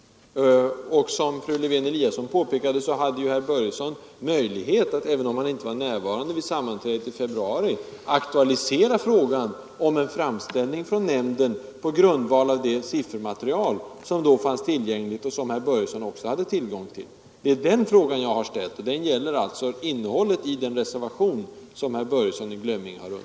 Som fru Lewén-Eliasson påpekade hade herr Börjesson möjlighet att, även om han inte var närvarande vid sammanträdet i februari, aktualisera frågan om en framställning från nämnden på grundval av det siffermaterial som då fanns tillgängligt och som också herr Börjesson hade tillgång till.